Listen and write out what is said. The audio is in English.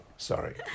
Sorry